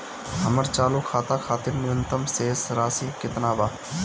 हमर चालू खाता खातिर न्यूनतम शेष राशि केतना बा?